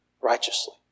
righteously